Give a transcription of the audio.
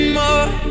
more